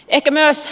ekenäs